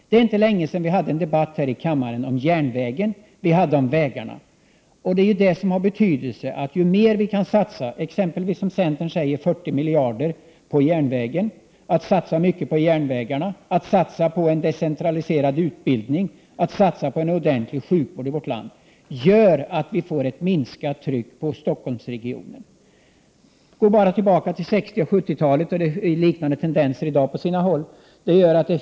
Det var inte länge sedan vi hade en debatt här i riksdagen om järnvägarna och vägarna. Ju mer vi kan satsa, för det är ändå vad som är av betydelse, på järnvägen — centern föreslår t.ex. att 40 miljarder skall satsas på järnvägen — på en decentraliserad utbildning och på en ordentlig sjukvård, desto mindre blir trycket på Stockholmsregionen. I dag finns det på sina håll tendenser liknande dem på 60 och 70-talen.